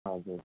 हजुर